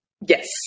Yes